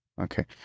okay